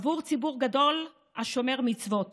עבור ציבור גדול השומר מצוות